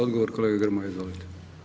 Odgovor kolega Grmoja, izvolite.